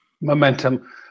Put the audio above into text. momentum